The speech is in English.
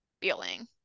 feeling